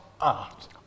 art